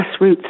grassroots